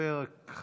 תודה רבה.